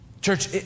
Church